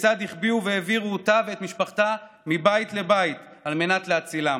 וכיצד החביאו והעבירו אותה ואת משפחתה מבית לבית על מנת להצילם,